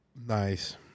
Nice